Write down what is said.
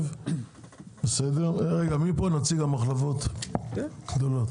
נציגי המחלבות הגדולות